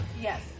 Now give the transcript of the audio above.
Yes